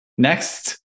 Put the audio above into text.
next